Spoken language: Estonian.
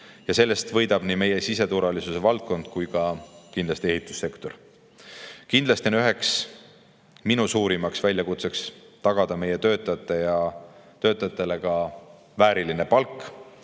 Sellest võidab nii meie siseturvalisuse valdkond kui ka kindlasti ehitussektor. Kindlasti on üheks minu suurimaks väljakutseks tagada meie töötajatele vääriline palk.